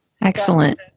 Excellent